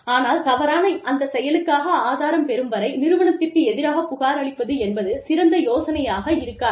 ஆனால் தவறான அந்த செயலுக்கான ஆதாரத்தைப் பெறும் வரை நிறுவனத்திற்கு எதிராக புகாரளிப்பது என்பது சிறந்த யோசனையாக இருக்காது